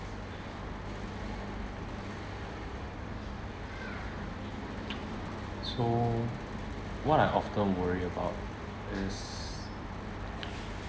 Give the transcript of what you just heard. so what I often worry about is